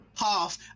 half